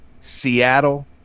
Seattle